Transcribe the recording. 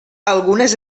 algunes